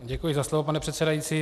Děkuji za slovo, pane předsedající.